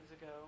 ago